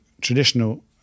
traditional